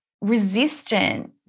resistant